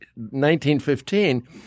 1915